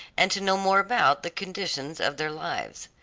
and to know more about the conditions of their lives.